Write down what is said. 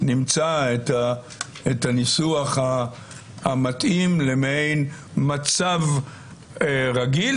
נמצא את הניסוח המתאים למעין מצב רגיל,